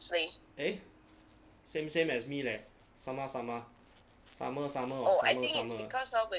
eh same same as me leh sama sama sama sama summer summer